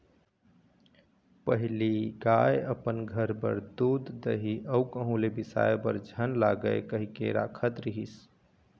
पहिली गाय अपन घर बर दूद, दही अउ कहूँ ले बिसाय बर झन लागय कहिके राखत रिहिस